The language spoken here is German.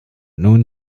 nun